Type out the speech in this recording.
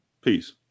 Peace